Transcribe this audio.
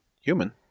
Human